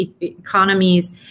economies